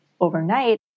overnight